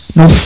no